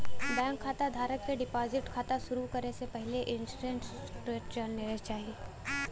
bank खाता धारक क डिपाजिट खाता शुरू करे से पहिले इंटरेस्ट रेट जान लेना चाही